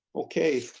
okay.